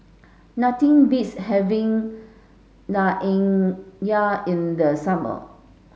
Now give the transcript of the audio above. nothing beats having Naengmyeon in the summer